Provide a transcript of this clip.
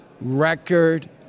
record